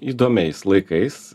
įdomiais laikais